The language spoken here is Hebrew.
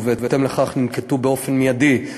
ובהתאם לכך ננקטו באופן מיידי,